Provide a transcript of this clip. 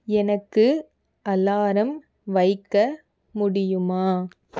எனக்கு அலாரம் வைக்க முடியுமா